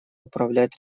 управлять